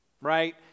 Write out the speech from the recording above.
right